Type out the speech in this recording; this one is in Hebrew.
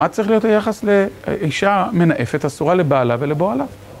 מה צריך להיות היחס לאישה מנאפת, אסורה לבעלה ולבועלה.